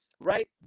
right